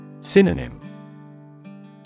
Synonym